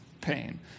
pain